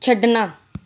ਛੱਡਣਾ